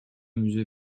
museau